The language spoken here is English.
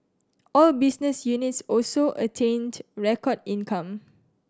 all business units also attained record income